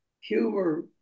humor